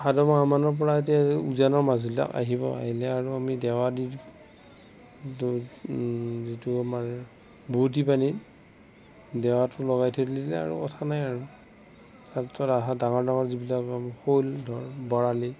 ভাদমাহমানৰ পৰা এতিয়া উজানৰ মাছবিলাক আহিব আহিলে আৰু আমি দেৱা দি দো যিটো আমাৰ বোৱতি পানী দেৱাটো লগাই থৈ দিলে যে আৰু কথা নাই আৰু হাতৰ আধা ডাঙৰ ডাঙৰ যিবিলাক শ'ল ধৰ বৰালি